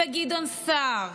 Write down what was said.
גדעון סער,